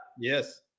Yes